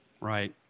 Right